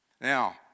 Now